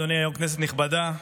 אדוני היו"ר, כנסת נכבדה,